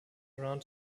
around